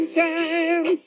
time